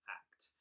act